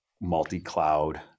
multi-cloud